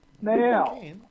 Now